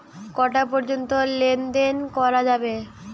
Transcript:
কটা পর্যন্ত লেন দেন করা যাবে?